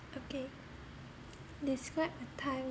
okay describe a time